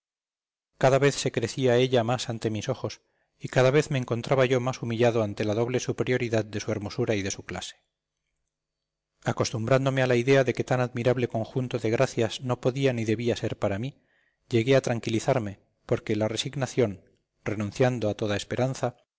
cada vez se crecía ella más ante mis ojos y cada vez me encontraba yo más humillado ante la doble superioridad de su hermosura y de su clase acostumbrándome a la idea de que tan admirable conjunto de gracias no podía ni debía ser para mí llegué a tranquilizarme porque la resignación renunciando a toda esperanza